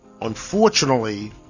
Unfortunately